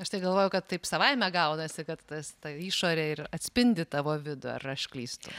aš tai galvojau kad taip savaime gaunasi kad tas ta išorė ir atspindi tavo vidų ar aš klystu